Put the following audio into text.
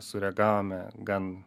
sureagavome gan